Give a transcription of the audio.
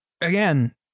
again